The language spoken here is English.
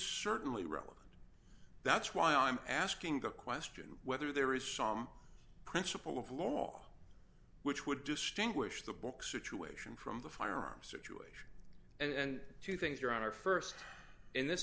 certainly relevant that's why i'm asking the question whether there is some principle of law which would distinguish the book situation from the firearms that you and two things your honor st in this